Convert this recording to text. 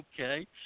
Okay